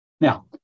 Now